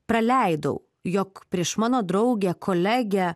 praleidau jog prieš mano draugę kolegę